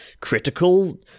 critical